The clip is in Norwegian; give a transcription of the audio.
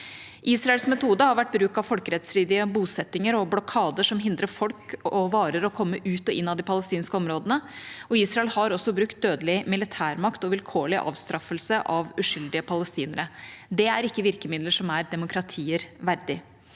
Israels metode har vært bruk av folkerettsstridige bosettinger og blokader som hindrer folk og varer i å komme ut av og inn i de palestinske områdene, og Israel har også brukt dødelig militærmakt og vilkårlig avstraffelse av uskyldige palestinere. Det er ikke virkemidler som er demokratier verdig.